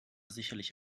sicherlich